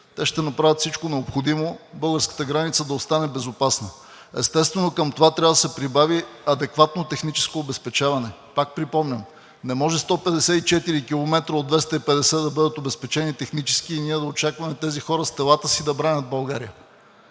те ще направят всичко необходимо българската граница да остане безопасна. Естествено, към това трябва да се прибави адекватно техническо обезпечаване. Пак припомням, не може 154 км от 250 да бъдат обезпечени технически и ние да очакваме тези хора с телата си да бранят България.